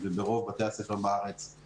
וברוב בתי הספר בארץ אין.